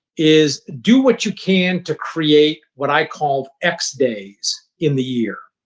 is do what you can to create what i call x-days in the year.